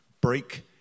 Break